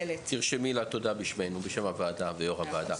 תרשמי לה "תודה" בשמנו, בשם הוועדה ויו"ר הוועדה.